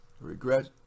regret